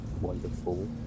wonderful